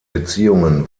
beziehungen